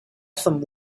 some